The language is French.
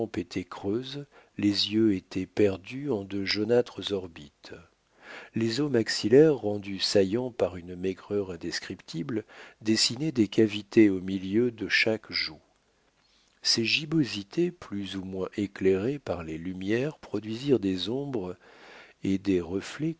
creuses les yeux étaient perdus en de jaunâtres orbites les os maxillaires rendus saillants par une maigreur indescriptible dessinaient des cavités au milieu de chaque joue ces gibbosités plus ou moins éclairées par les lumières produisirent des ombres et des reflets